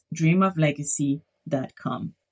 dreamoflegacy.com